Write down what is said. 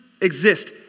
exist